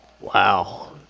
Wow